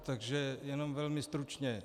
Takže jenom velmi stručně.